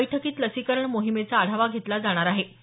या बैठकीत लसीकरण मोहीमेचा आढावा घेतला जाणार आहे